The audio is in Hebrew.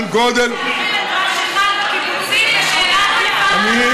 הלוואי שהיינו יכולים להחיל את מה שחל בקיבוצים בשאלת גבעת עמל.